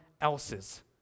else's